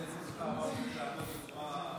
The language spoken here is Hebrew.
קבוצת טייסים שהחלה עם מפגשים תמימים ורצון לשינוי מבחינתם,